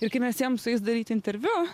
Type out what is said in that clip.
ir kai mes ėjom su jais daryti interviu